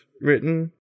written